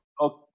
okay